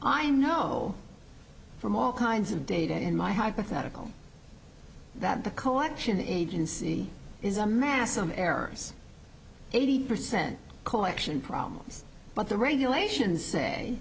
i know from all kinds of data in my hypothetical that the collection agency is a mass on errors eighty percent collection problems but the regulations say